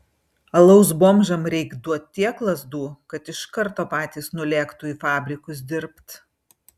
alaus bomžam reik duot tiek lazdų kad iš karto patys nulėktų į fabrikus dirbt